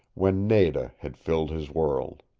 when nada had filled his world.